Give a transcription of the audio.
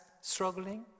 struggling